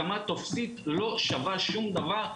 הסכמה טופסית לא שווה שום דבר,